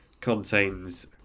contains